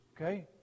Okay